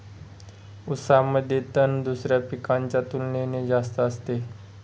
ऊसामध्ये तण दुसऱ्या पिकांच्या तुलनेने जास्त असते